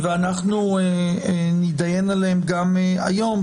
ואנחנו נתדיין עליהם גם היום,